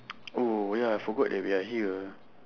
oh ya I forgot that we are here ah